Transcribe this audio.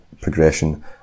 progression